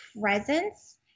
presence